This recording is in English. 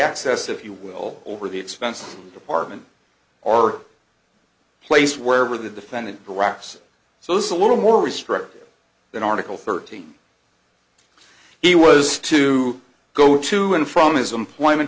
access if you will over the expenses department or place where with the defendant the wraps so it's a little more restrictive than article thirteen he was to go to and from his employment